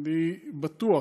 אני בטוח